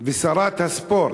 ושרת הספורט,